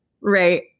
right